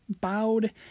bowed